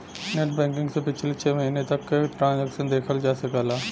net banking से पिछले छः महीने तक क ट्रांसैक्शन देखा जा सकला